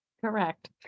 Correct